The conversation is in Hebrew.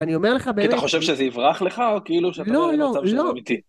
אני אומר לך באמת. כי אתה חושב שזה יברח לך, או כאילו שאתה אומר יש מצב שזה אמיתי?